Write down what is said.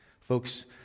Folks